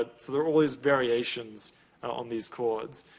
so there are always variations on these chords.